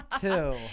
two